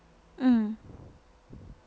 mm